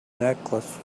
necklace